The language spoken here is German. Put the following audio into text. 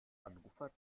anrufer